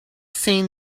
seen